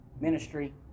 Ministry